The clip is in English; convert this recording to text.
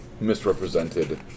misrepresented